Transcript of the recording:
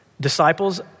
Disciples